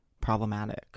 problematic